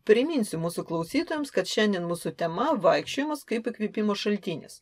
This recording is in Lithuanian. priminsiu mūsų klausytojams kad šiandien mūsų tema vaikščiojimas kaip įkvėpimo šaltinis